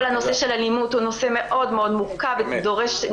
כל הנושא של אלימות הוא נושא מאוד מורכב ונדרשת